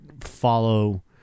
follow